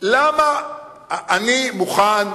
אני מוכן,